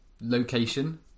location